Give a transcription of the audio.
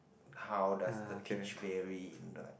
how does the pitch vary in the